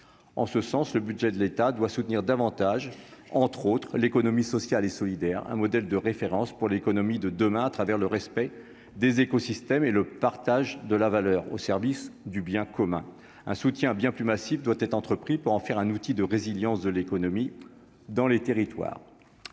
en ce sens, le budget de l'État doit soutenir davantage, entre autres, l'économie sociale et solidaire, un modèle de référence pour l'économie de demain à travers le respect des écosystèmes et le partage de la valeur au service du bien commun, un soutien bien plus massif doit être entrepris pour en faire un outil de résilience de l'économie dans les territoires,